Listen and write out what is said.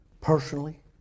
personally